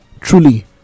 truly